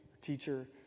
teacher